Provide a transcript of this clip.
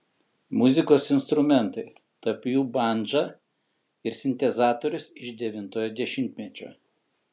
muzikos instrumentai tarp jų bandža ir sintezatorius iš devintojo dešimtmečio